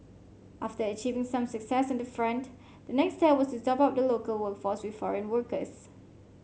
after achieving some success on the front the next step was to top up the local workforce with foreign workers